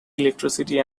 electricity